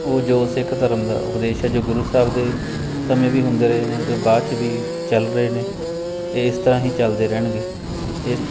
ਉਹ ਜੋ ਸਿੱਖ ਧਰਮ ਦਾ ਉਪਦੇਸ਼ ਹੈ ਜੋ ਗੁਰੂ ਸਾਹਿਬ ਦੇ ਸਮੇਂ ਵੀ ਹੁੰਦੇ ਰਹੇ ਨੇ ਅਤੇ ਬਾਅਦ ਚ ਵੀ ਚੱਲ ਰਹੇ ਨੇ ਇਸ ਤਰ੍ਹਾਂ ਹੀ ਚੱਲਦੇ ਰਹਿਣਗੇ ਇਹ